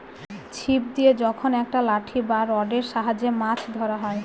ছিপ দিয়ে যখন একটা লাঠি বা রডের সাহায্যে মাছ ধরা হয়